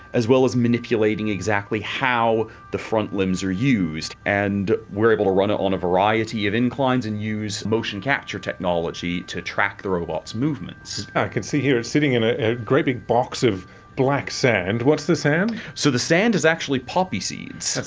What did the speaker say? as well as manipulating exactly how the front limbs are used. and we are able to run it on a variety of inclines and use motion capture technology to track robot's movements. i can see here, it's sitting in a great big box of black sand. what's the sand? so the sand is actually poppy seeds,